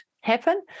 happen